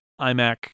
iMac